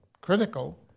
critical